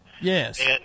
Yes